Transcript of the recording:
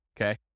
Okay